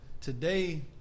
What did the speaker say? today